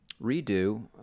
redo